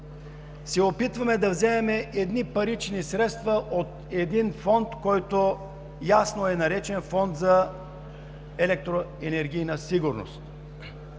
се опитваме да вземем едни парични средства от един фонд, който ясно е наречен Фонд за електроенергийна сигурност.